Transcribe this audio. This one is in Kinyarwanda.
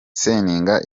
seninga